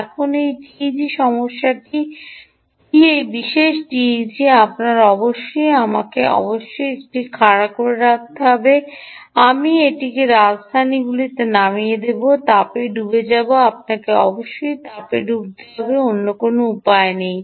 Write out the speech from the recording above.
এখন এই টিইজি সমস্যাটি কি এই বিশেষ টিইজি আপনার অবশ্যই আমাকে অবশ্যই এটি খাড়া করে রাখতে হবে আমি এটি রাজধানীগুলিতে নামিয়ে দেব তাপ ডুবে যাবে আপনাকে অবশ্যই তাপ ডুবতে হবে অন্য কোনও উপায় নেই